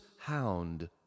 Hound